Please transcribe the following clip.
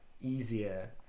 easier